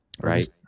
right